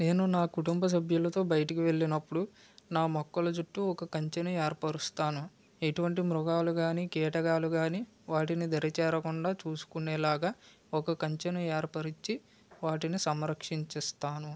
నేను నా కుటుంబ సభ్యులతో బయటకు వెళ్ళినప్పుడు నా మొక్కల చుట్టూ ఒక కంచెని ఏర్పరుస్తాను ఎటువంటి మృగాలు గాని కీటకాలు గాని వాటిని దరిచేరకుండా చూసుకునేలాగా ఒక కంచెను ఏర్పరిచి వాటిని సంరక్షిస్తాను